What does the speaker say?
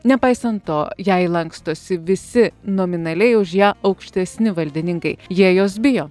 nepaisant to jai lankstosi visi nominaliai už ją aukštesni valdininkai jie jos bijo